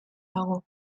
dago